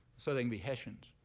so they can be hessians.